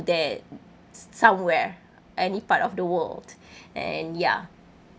there somewhere any part of the world and ya